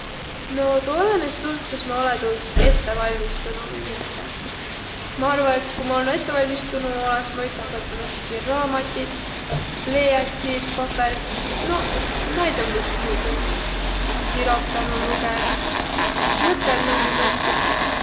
No tuu olenes tuust, kas ma olõ tuus ette valmistunuq vai mitte. Ma arva, et ku ma olnuq ette valmistunuq, olõs ma üteh võtnuq määntsitki raamatit, pleiätsiid, papõrd. No naid om vist nii kui nii. Ma kirotanuq, lugõnuq, mõtõlnuq ummi mõttit.